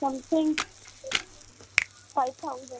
something five thousand